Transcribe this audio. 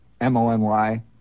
M-O-N-Y